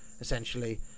essentially